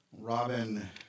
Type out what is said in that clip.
robin